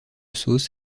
sauce